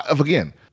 again